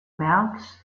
märz